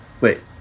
Wait